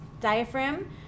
diaphragm